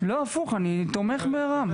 לא, הפוך, אני תומך ברם.